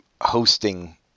hosting